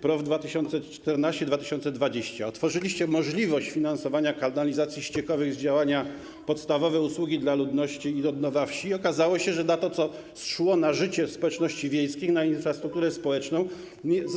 PROW 2014-2020 - otworzyliście możliwość finansowania kanalizacji ściekowych z działania: Podstawowe usługi dla ludności i odnowa wsi i okazało się, że na to, co szło na życie społeczności wiejskich, na infrastrukturę społeczną,